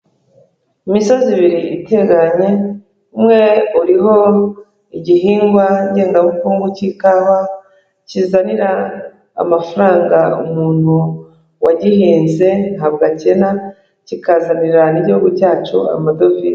Imisozi ibiri iteganye, umwe uriho igihingwa ngengabukungu cy'ikawa, kizanira amafaranga umuntu wagihinze ntabwo akena, kikazanira n'igihugu cyacu amadovize.